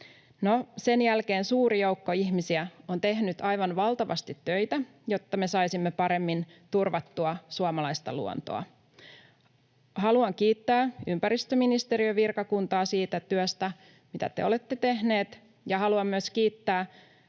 sen jälkeen suuri joukko ihmisiä on tehnyt aivan valtavasti töitä, jotta me saisimme paremmin turvattua suomalaista luontoa. Haluan kiittää ympäristöministeriön virkakuntaa siitä työstä, mitä te olette tehneet, ja haluan myös kiittää